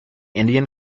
indian